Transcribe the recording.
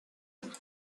him